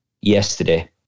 yesterday